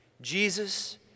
Jesus